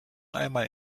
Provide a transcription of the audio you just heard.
einmal